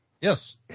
Yes